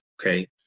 okay